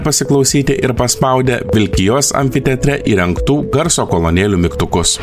pasiklausyti ir paspaudę vilkijos amfiteatre įrengtų garso kolonėlių mygtukus